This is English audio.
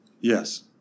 Yes